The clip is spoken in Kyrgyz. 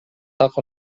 так